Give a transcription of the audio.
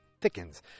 thickens